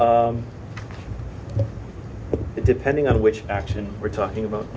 right depending on which action we're talking about